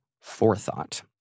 forethought